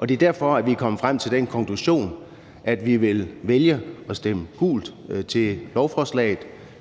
det er derfor, at vi er kommet frem til den konklusion, at vi vil vælge at stemme gult til lovforslaget.